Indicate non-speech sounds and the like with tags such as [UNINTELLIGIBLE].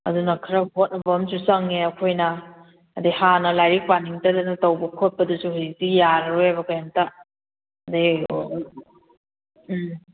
ꯑꯗꯨꯅ ꯈꯔ ꯍꯣꯠꯅꯕ ꯑꯃꯁꯨ ꯆꯪꯉꯦ ꯑꯩꯈꯣꯏꯅ ꯑꯗꯩ ꯍꯥꯟꯅ ꯂꯥꯏꯔꯤꯛ ꯄꯥꯅꯤꯡꯗꯗꯅ ꯇꯧꯕ ꯈꯣꯠꯄꯗꯨꯁꯨ ꯍꯧꯖꯤꯛꯇꯤ ꯌꯥꯔꯔꯣꯏꯕ ꯀꯩꯝꯇ [UNINTELLIGIBLE] ꯎꯝ